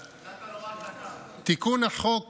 נכבדה, תיקון החוק